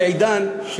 בעידן,